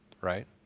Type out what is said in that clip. Right